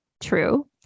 true